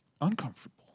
uncomfortable